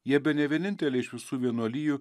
jie bene vieninteliai iš visų vienuolijų